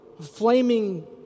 flaming